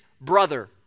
brother